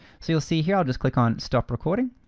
so you'll see here, i'll just click on stop recording.